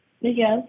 Yes